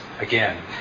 again